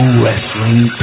wrestling